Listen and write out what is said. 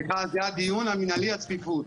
סליחה, זה הדיון, המינהלי, הצפיפות.